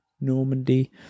Normandy